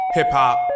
Hip-hop